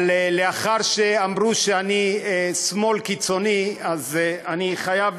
אבל לאחר שאמרו שאני שמאל קיצוני, אז אני חייב